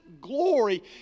glory